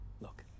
Look